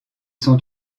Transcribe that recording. sont